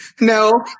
No